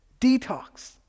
detox